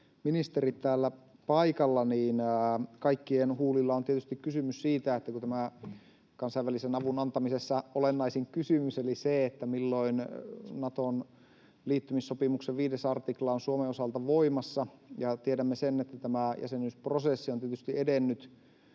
ministerit täällä paikalla ja kaikkien huulilla on tietysti se kysymys, mikä on tämän kansainvälisen avun antamisessa olennaisin kysymys: milloin Naton liittymissopimuksen 5 artikla on Suomen osalta voimassa. Tiedämme sen, että tämä jäsenyysprosessi on tietysti edennyt